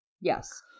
Yes